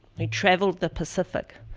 who traveled the pacific.